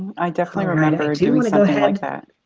i definitely remember doing something like that.